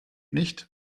nicht